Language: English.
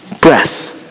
breath